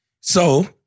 So-